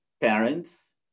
parents